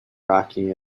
rocky